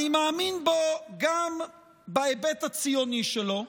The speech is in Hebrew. אני מאמין גם בהיבט הציוני שלו,